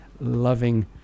loving